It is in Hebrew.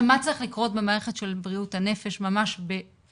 מה צריך לקרות במערכת של בריאות הנפש, ממש בנקודות